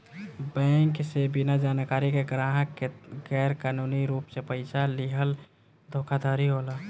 bank से बिना जानकारी के ग्राहक के गैर कानूनी रूप से पइसा लीहल धोखाधड़ी होला